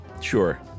Sure